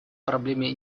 проблеме